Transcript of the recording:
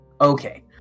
Okay